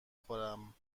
خورم